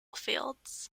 fields